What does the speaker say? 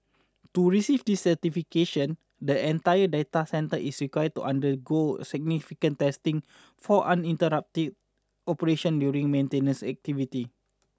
to receive this certification the entire data centre is required to undergo significant testing for uninterrupted operation during maintenance activities